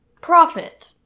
Profit